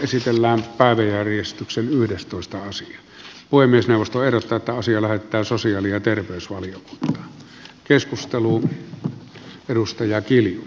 puhemiesneuvosto ehdottaa että asia voi myös nostaa edustaa tanssia lähetetään sosiaali ja terveysvaliokuntaan